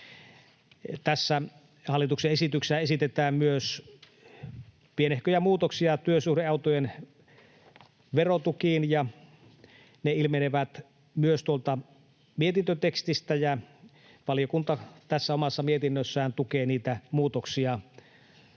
Tässä hallituksen esityksessä esitetään myös pienehköjä muutoksia työsuhdeautojen verotukiin, ne ilmenevät myös tuolta mietintötekstistä, ja valiokunta tässä omassa mietinnössään tukee niitä muutoksia.